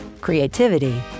creativity